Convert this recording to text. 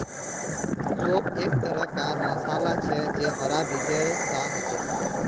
सौंफ एक तरह कार मसाला छे जे हरा बीजेर सा होचे